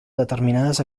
determinades